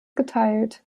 geteilt